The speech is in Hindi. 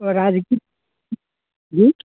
राजगीर जी